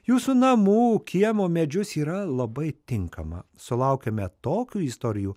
jūsų namų kiemo medžius yra labai tinkama sulaukiame tokių istorijų